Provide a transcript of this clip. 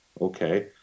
Okay